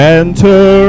enter